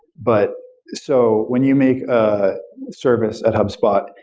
but so when you make a service at hubspot,